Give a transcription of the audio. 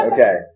Okay